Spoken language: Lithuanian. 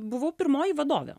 buvau pirmoji vadovė